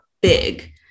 big